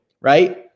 right